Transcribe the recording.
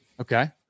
Okay